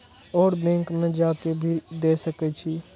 और बैंक में जा के भी दे सके छी?